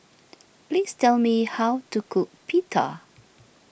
please tell me how to cook Pita